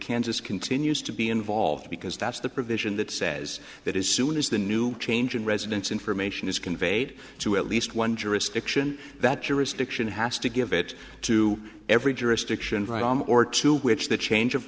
kansas continues to be involved because that's the provision that says that as soon as the new change in residence information is conveyed to at least one jurisdiction that jurisdiction has to give it to every jurisdiction or to which the change of